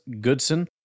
Goodson